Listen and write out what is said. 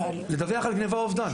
לדווח על גניבה או אובדן.